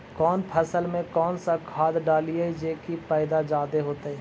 कौन फसल मे कौन सा खाध डलियय जे की पैदा जादे होतय?